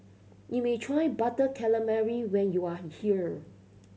you may try Butter Calamari when you are here